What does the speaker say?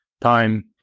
time